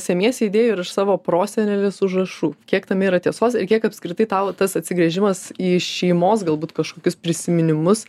semiesi idėjų ir iš savo prosenelės užrašų kiek tame yra tiesos kiek apskritai tau tas atsigręžimas į šeimos galbūt kažkokius prisiminimus